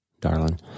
darling